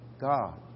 God